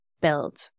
build